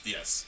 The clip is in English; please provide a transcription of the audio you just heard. Yes